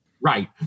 Right